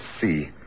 see